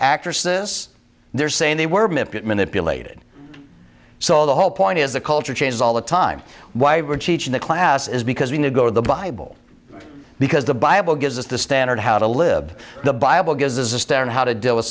actress this they're saying they were manipulated so the whole point is the culture changes all the time why we're teaching the class is because we did go to the bible because the bible gives us the standard how to live the bible gives a stand how to deal with